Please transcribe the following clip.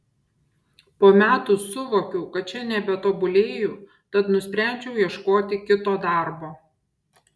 po metų suvokiau kad čia nebetobulėju tad nusprendžiau ieškoti kito darbo